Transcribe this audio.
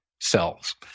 cells